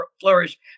flourish